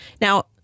Now